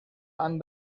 han